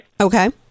Okay